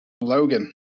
Logan